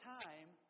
time